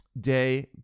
day